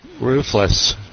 ruthless